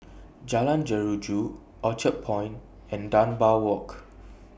Jalan Jeruju Orchard Point and Dunbar Walk